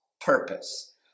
purpose